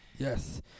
Yes